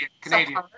canadian